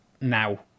now